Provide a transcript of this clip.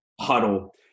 huddle